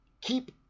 keep